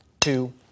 two